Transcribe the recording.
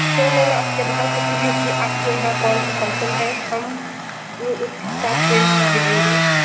तो मेम आप क्या बता सकती हैं कि आपके यहाँ कौन सा फंक्शन हैं हम उसके हिसाब से भेजेंगे